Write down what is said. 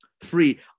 free